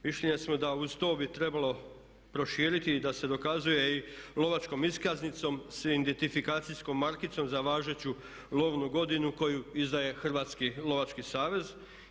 Mišljenja smo da uz to bi trebalo proširiti i da se dokazuje i lovačkom iskaznicom sa identifikacijskom markicom za važeću lovnu godinu koju izdaje Hrvatski lovački savez.